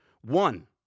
One